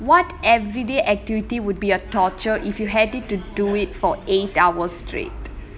what everyday activity would be a torture if you had it to do it for eight hours straight